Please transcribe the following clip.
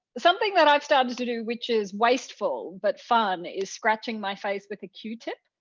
something that i've started to to do which is wasteful, but fun, is scratching my face with a q-tip.